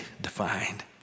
defined